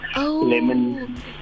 lemon